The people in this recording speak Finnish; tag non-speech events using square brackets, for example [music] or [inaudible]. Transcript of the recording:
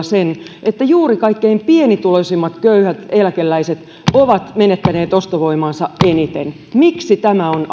[unintelligible] sen että juuri kaikkein pienituloisimmat köyhät eläkeläiset ovat menettäneet ostovoimaansa eniten miksi tämä on [unintelligible]